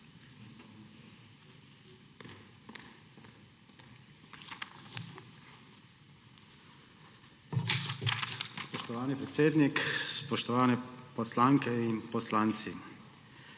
Spoštovani predsednik, spoštovane poslanke in poslanci!